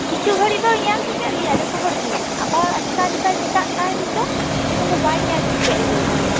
ᱠᱤᱪᱷᱩ ᱜᱷᱟ ᱲᱤᱡ ᱫᱚ ᱧᱮᱞ ᱴᱷᱤᱠᱟᱹᱡ ᱞᱮᱭᱟ ᱡᱚᱛᱚ ᱦᱚᱲᱜᱮ ᱟᱵᱟᱨ ᱟᱪᱠᱟᱭ ᱪᱮᱠᱟᱜ ᱠᱟᱱ ᱪᱚ ᱛᱚᱠᱷᱚᱱ ᱫᱚ ᱵᱟᱭ ᱧᱮᱞ ᱴᱷᱤᱠᱟᱹ ᱞᱮᱭᱟ